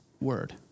word